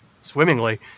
swimmingly